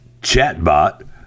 chatbot